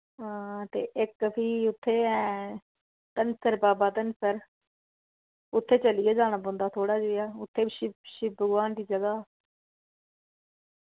हां ते इक फ्ही उत्थे ऐ धनसर बाबा धनसर उत्थे चलियै जाना पौंदा थोह्ड़ा जेहा उत्थे बी शिव शिव भगवान दी जगह